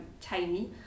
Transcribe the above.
tiny